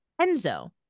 Enzo